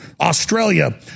Australia